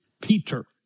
Peter